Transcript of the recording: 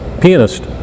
pianist